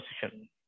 position